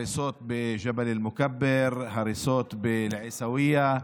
הריסות בג'בל מוכבר, הריסות בעיסאוויה,